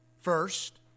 First